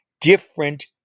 different